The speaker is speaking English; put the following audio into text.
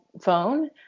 phone